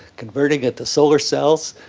converting it to solar cells,